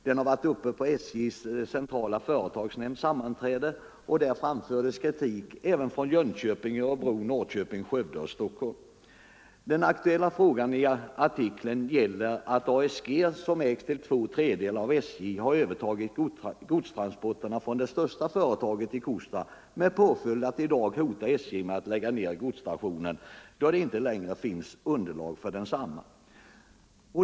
Den har varit uppe vid SJ:s centrala företagsnämnds sammanträde, och där framfördes kritik även från Jönköping, Örebro, Norrköping, Skövde och Stockholm. Den aktuella frågan i artikeln gäller att ASG, som till två tredjedelar ägs av SJ, har övertagit godstransporterna från det största industriföretaget i Kosta med påföljd att SJ i dag hotar med att lägga ned godsstationen, då det inte längre finns underlag för den.